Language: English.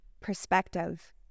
perspective